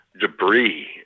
debris